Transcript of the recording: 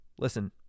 listen